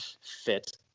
fit